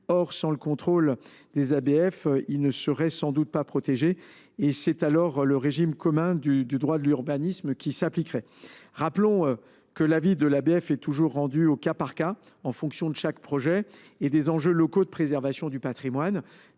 Or, sans le contrôle des ABF, ils ne seraient sans doute pas protégés ; c’est alors le régime commun du droit de l’urbanisme qui s’appliquerait. Je rappelle que l’avis de l’ABF est toujours rendu au cas par cas, en fonction de chaque projet et des enjeux locaux de préservation du patrimoine,